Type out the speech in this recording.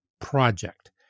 project